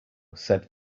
said